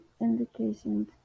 indications